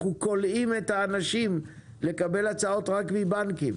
אנחנו כולאים את האנשים לקבל הצעות רק מבנקים